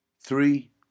Three